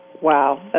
Wow